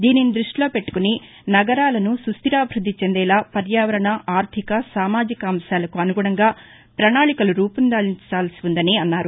దీనిని దృష్టిలో పెట్టకుని నగరాలను సుస్దిరాభివృద్ది చెందేలా పర్యావరణ ఆర్లిక సామాజికాంశాలకు అనుగుణంగా ప్రణాళికలు రూపొందించాల్సి ఉందని అన్నారు